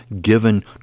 given